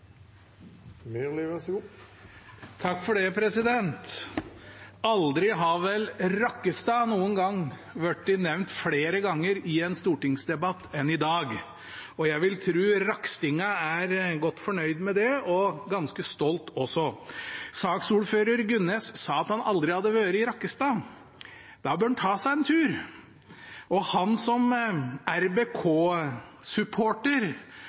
har vel Rakkestad vært nevnt flere ganger i en stortingsdebatt enn i dag. Jeg vil tro rakstingene er godt fornøyd med det og ganske stolte også. Saksordfører Gunnes sa at han aldri hadde vært i Rakkestad. Da bør han ta seg en tur. Han som